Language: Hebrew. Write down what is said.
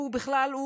בכלל,